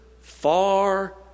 far